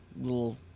little